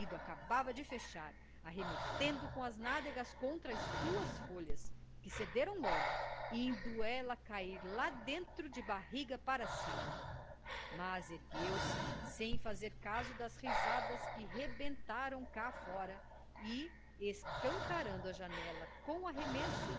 acabava de fechar arremetendo com as nádegas contra as duas folhas que cederam logo indo ela cair lá dentro de barriga para cima mas ergueu-se sem fazer caso das risadas que rebentaram cá fora e escancarando a janela com arremesso